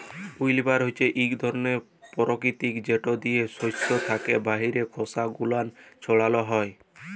উইল্লবার হছে ইক ধরলের পরতিকিরিয়া যেট দিয়ে সস্য থ্যাকে বাহিরের খসা গুলান ছাড়ালো হয়